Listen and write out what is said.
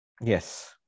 Yes